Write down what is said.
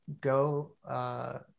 go